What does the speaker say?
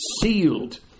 sealed